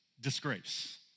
disgrace